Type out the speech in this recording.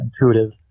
intuitive